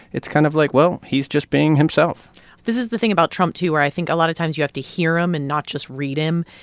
it's kind of like, well, he's just being himself this is the thing about trump, too, where i think a lot of times you have to hear him and not just read him.